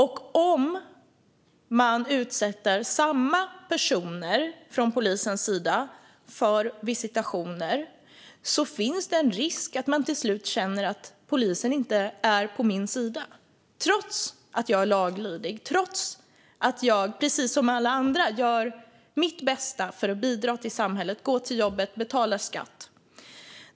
Om polisen utsätter samma personer för visitationer finns det en risk att de till slut känner att polisen inte är på deras sida, trots att de är laglydiga och precis som alla andra gör sitt bästa för att bidra till samhället, gå till jobbet och betala skatt.